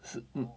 是 mm